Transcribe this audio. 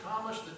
Thomas